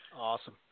awesome